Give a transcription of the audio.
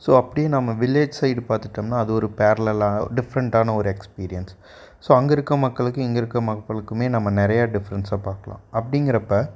so அப்படியே நம்ம village side பார்த்துட்டம்ன்னா அது ஒரு பேர்லல்லான டிஃப்ரெண்ட்டான ஒரு எக்ஸ்பீரியன்ஸ் ஸோ அங்கே இருக்கிற மக்களுக்கு இங்கே இருக்கிற மக்களுக்குமே நம்ம நிறைய டிஃப்ரெண்ட்ஸை பார்க்கலாம் அப்படிங்குறப்ப